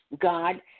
God